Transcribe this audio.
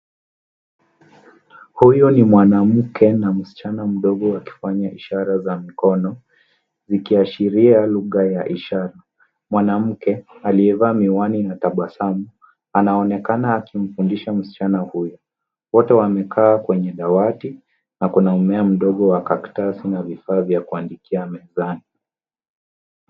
Huyu ni mwanamke na msichana mdogo wakifanya ishara za mikono zikiashiria lugha ya ishara. Mwanamke aliyevaa miwani anatabasamu anaonekana akimfundisha msichana huyu. Wote wamekaa kwenye dawati na kuna mmea mdogo wa kaktasi na vifaa vya kuandikia mezani.